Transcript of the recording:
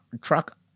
truck